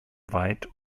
weit